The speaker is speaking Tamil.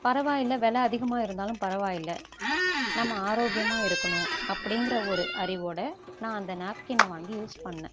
பரவாயில்லை வெலை அதிகமாக இருந்தாலும் பரவாயில்லை நம்ம ஆரோக்கியமாக இருக்கணும் அப்படிங்கிற ஒரு அறிவோடு நான் அந்த நாப்கினை வாங்கி யூஸ் பண்ணிணேன்